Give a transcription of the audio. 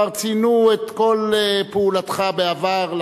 כבר ציינו את כל פעולתך בעבר,